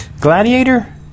Gladiator